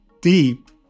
deep